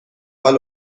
حال